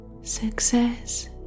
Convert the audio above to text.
Success